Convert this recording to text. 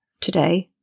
Today